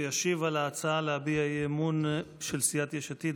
ישיב על ההצעה להביע אי-אמון של סיעת יש עתיד